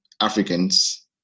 Africans